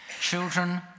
Children